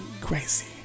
crazy